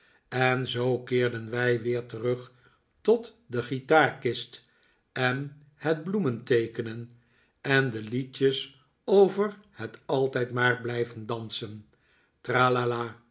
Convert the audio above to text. en zoo keerden wij weer terug tot de guitaarkist en het bloementeekenen en de liedjes over het altijd maar blijven dansen